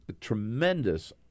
tremendous